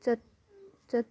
चेत् चेत्